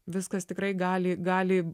viskas tikrai gali gali